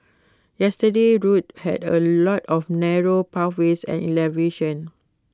yesterday's route had A lot of narrow pathways and elevation